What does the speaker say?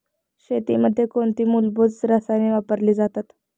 शेतीमध्ये कोणती मूलभूत रसायने वापरली जातात?